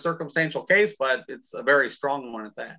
circumstantial case but it's a very strong one that tha